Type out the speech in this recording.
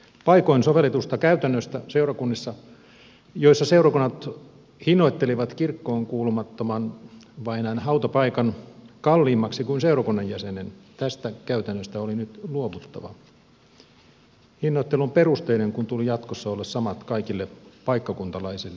paikoin seurakunnissa sovelletusta käytännöstä jossa seurakunnat hinnoittelivat kirkkoon kuulumattoman vainajan hautapaikan kalliimmaksi kuin seurakunnan jäsenen oli nyt luovuttava hinnoittelun perusteiden kun tuli jatkossa olla samat kaikille paikkakuntalaisille